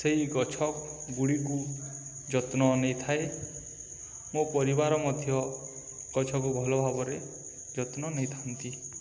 ସେଇ ଗଛ ଗୁଡ଼ିକୁ ଯତ୍ନ ନେଇଥାଏ ମୋ ପରିବାର ମଧ୍ୟ ଗଛକୁ ଭଲ ଭାବରେ ଯତ୍ନ ନେଇଥାନ୍ତି